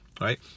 right